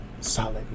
solid